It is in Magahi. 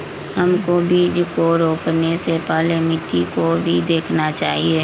हमको बीज को रोपने से पहले मिट्टी को भी देखना चाहिए?